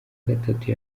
gatatu